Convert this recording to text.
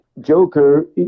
joker